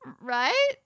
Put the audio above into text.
right